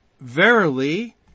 Verily